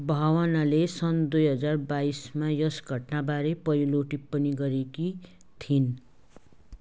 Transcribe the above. भावनाले सन् दुई हजार बाइसमा यस घटनाबारे पहिलो टिप्पणी गरेकी थिइन्